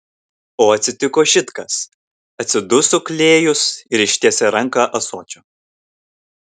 o atsitiko šit kas atsiduso klėjus ir ištiesė ranką ąsočio